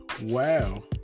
Wow